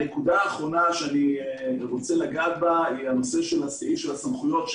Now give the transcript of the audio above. הנקודה האחרונה הנושא של הסעיף של הסמכויות.